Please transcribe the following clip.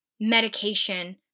medication